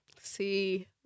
See